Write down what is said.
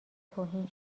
توهین